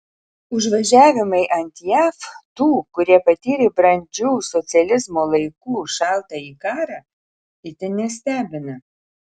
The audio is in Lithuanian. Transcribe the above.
užvažiavimai ant jav tų kurie patyrė brandžių socializmo laikų šaltąjį karą itin nestebina